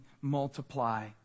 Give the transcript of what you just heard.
multiply